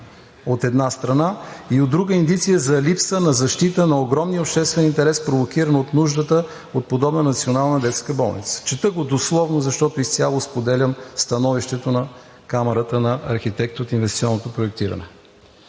от една страна, и от друга – индиция за липса на защита на огромния обществен интерес, провокиран от нуждата от подобна Национална детска болница“. Чета го дословно, защото изцяло споделям становището на Камарата на архитектите от инвестиционното проектиране.